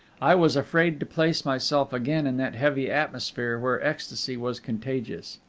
i was afraid to place myself again in that heavy atmosphere, where ecstasy was contagious.